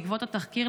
בעקבות התחקיר,